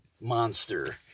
monster